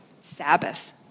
Sabbath